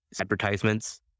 advertisements